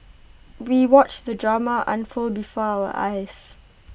we watched the drama unfold before our eyes